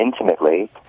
intimately